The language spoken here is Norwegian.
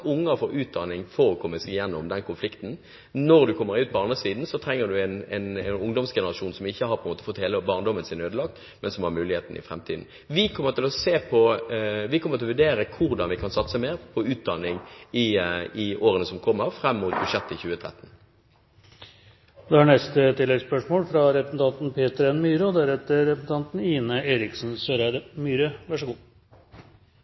seg gjennom den konflikten. Når du kommer ut på den andre siden, trenger du en ungdomsgenerasjon som ikke har fått hele barndommen sin ødelagt, men som har muligheter i framtiden. Vi kommer til å vurdere hvordan vi kan satse mer på utdanning i årene som kommer, fram mot budsjettet i 2013. Peter N. Myhre – til oppfølgingsspørsmål. Det fremgår nok av sammenhengen at representanten